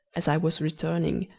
as i was returning,